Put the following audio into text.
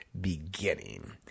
beginning